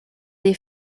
des